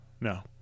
No